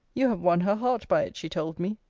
you have won her heart by it, she told me.